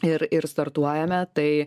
ir ir startuojame tai